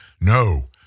No